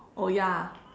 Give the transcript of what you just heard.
oh ya